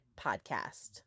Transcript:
podcast